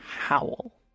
howl